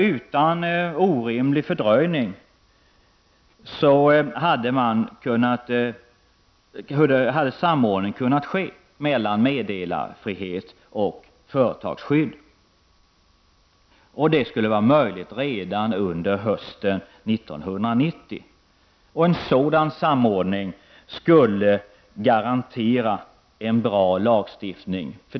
Utan orimlig fördröjning skulle samordning kunna ske mellan meddelarfrihet och företagsskydd. Det skulle vara möjligt redan under hösten 1990. En sådan samordning skulle garantera en bra lagstiftning.